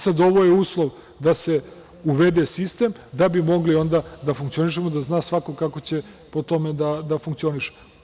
Sada, ovo je uslov da se uvede sistem i da bi mogli onda da funkcionišemo, da zna svako kako će po tome da funkcioniše.